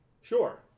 Sure